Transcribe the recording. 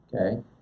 Okay